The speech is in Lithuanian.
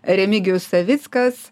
remigijus savickas